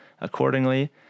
accordingly